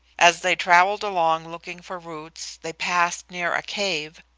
as they travelled along looking for roots, they passed near a cave,